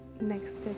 next